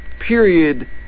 period